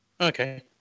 Okay